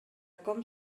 com